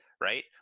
right